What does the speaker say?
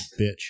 bitch